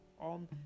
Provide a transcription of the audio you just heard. On